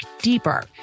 deeper